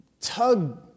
tug